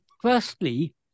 firstly